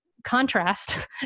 contrast